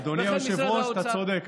אדוני היושב-ראש, אתה צודק.